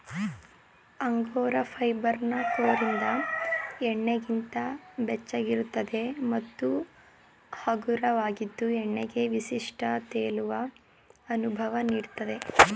angora ಫೈಬರ್ನ ಕೋರಿಂದ ಉಣ್ಣೆಗಿಂತ ಬೆಚ್ಚಗಿರ್ತದೆ ಮತ್ತು ಹಗುರವಾಗಿದ್ದು ಉಣ್ಣೆಗೆ ವಿಶಿಷ್ಟ ತೇಲುವ ಅನುಭವ ನೀಡ್ತದೆ